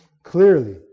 clearly